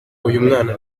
uyumwana